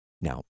Now